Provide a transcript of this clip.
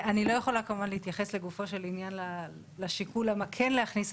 אני לא יכולה כמובן להתייחס לגופו של עניין לשיקול למה כן להכניס.